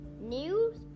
news